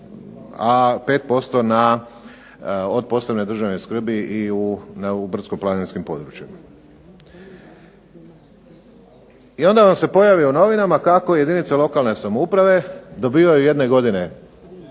a 5% od posebne državne skrbi i u brdsko-planinskim područjima. I onda vam se pojavi u novinama kako jedinica lokalne samouprave dobivaju jedne godine